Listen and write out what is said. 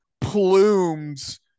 plumes